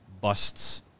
busts